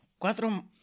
Cuatro